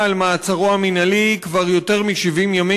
על מעצרו המינהלי כבר יותר מ-70 ימים.